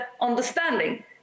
understanding